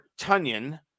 Tunyon